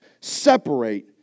separate